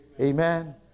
Amen